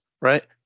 right